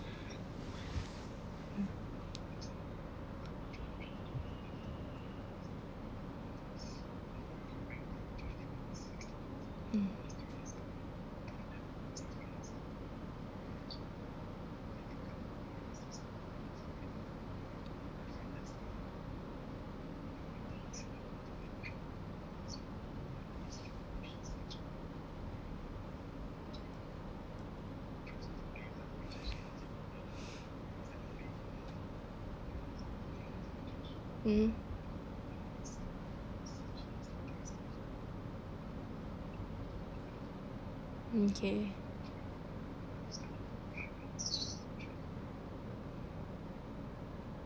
mm mm mm okay